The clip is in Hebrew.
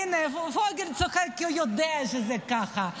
הינה, פוגל צוחק כי הוא יודע שזה ככה.